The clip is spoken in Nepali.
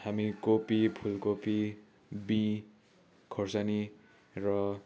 हामि कोपी फुल कोपी बीँ खोर्सानी र